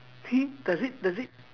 does it does it